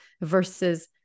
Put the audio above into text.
versus